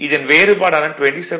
இதன் வேறுபாடான 27